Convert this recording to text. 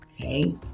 Okay